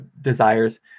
desires